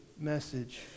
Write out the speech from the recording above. message